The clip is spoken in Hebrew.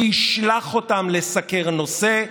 הוא ישלח אותם לסקר נושא,